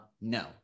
no